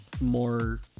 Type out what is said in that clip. more